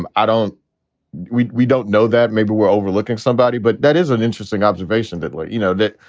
um i don't we we don't know that maybe we're overlooking somebody. but that is an interesting observation that like you know that.